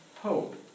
hope